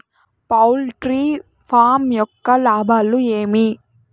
poultry farm యొక్క లాభాలు ఏమి